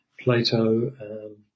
Plato